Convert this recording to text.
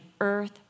earth